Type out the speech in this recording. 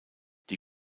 die